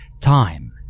Time